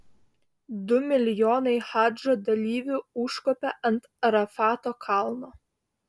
du milijonai hadžo dalyvių užkopė ant arafato kalno